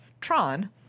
Tron